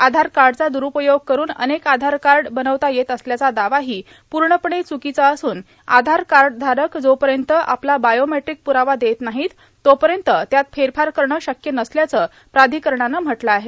आधार कार्डचा द्वरुपयोग करुन अनेक आधार कार्ड बनवता येत असल्याचा दावाही पूर्णपणे चुकीचा असून आधार कार्डधारक जोपर्यंत आपला बायोमॅट्रीक पुरावा देत नाही तोपर्यंत त्यात फेरफार करण शक्य नसल्याचं प्राधिकरणानं म्हटलं आहे